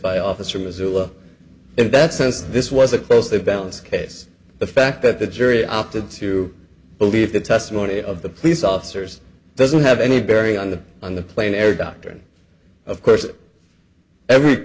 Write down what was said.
by officer missoula in that sense this was a close the valves case the fact that the jury opted to believe the testimony of the police officers doesn't have any bearing on the on the plane air doctrine of course every